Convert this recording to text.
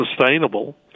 sustainable